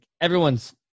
everyone's